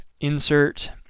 insert